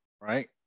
right